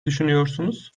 düşünüyorsunuz